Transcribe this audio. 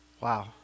Wow